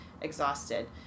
exhausted